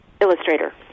illustrator